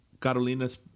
Carolina's